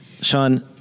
Sean